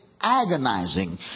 agonizing